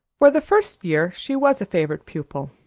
for the first year she was a favorite pupil